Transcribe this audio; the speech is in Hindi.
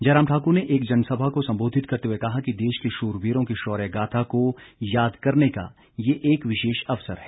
जयराम ठाक्र ने एक जनसभा को संबोधित करते हुए कहा कि देश के शुरवीरों की शौर्य गाथा को याद करने का ये एक विशेष अवसर है